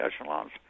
echelons